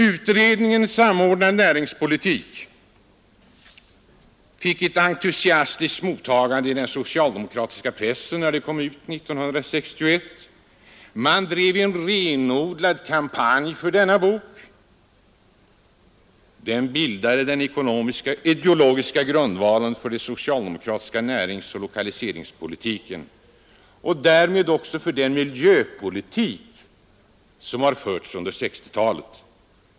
Utredningen Samordnad näringspolitik fick ett entusiastiskt mottagande i den socialdemokratiska pressen när den kom ut 1961. Man bedrev en renodlad kampanj för boken. Den bildade den ideologiska grundvalen för socialdermokratins näringsoch lokaliseringspolitik och därmed även för den miljöpolitik som förts under 1960-talet.